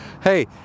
Hey